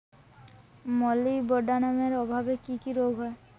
মলিবডোনামের অভাবে কি কি রোগ হয়?